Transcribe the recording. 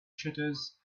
shutters